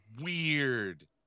weird